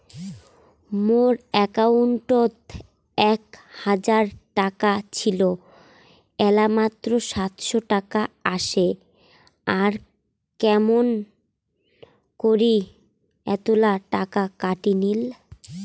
মোর একাউন্টত এক হাজার টাকা ছিল এলা মাত্র সাতশত টাকা আসে আর কেমন করি এতলা টাকা কাটি নিল?